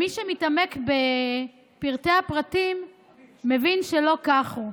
מי שמתעמק בפרטי-הפרטים מבין שלא כך הוא.